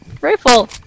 rifle